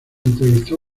entrevistó